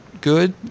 good